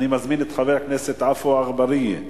ואני מזמין את חבר הכנסת עפו אגבאריה.